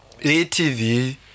ATV